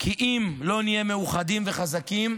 כי אם לא נהיה מאוחדים וחזקים,